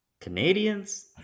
Canadians